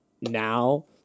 now